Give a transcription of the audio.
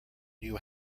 new